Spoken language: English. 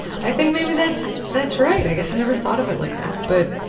i think maybe that's that's right, i guess i never thought of it like that. but